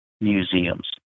museums